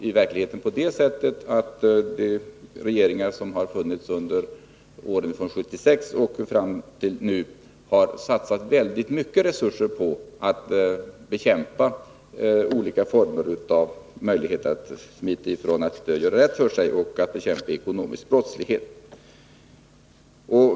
I verkligheten är det alltså de regeringar som har funnits under åren från 1976 och fram till nu som har satsat väldiga resurser på att bekämpa olika möjligheter att smita ifrån skyldigheten att göra rätt för sig och på att bekämpa ekonomisk brottslighet.